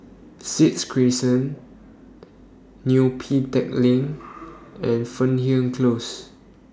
six Crescent Neo Pee Teck Lane and Fernhill Close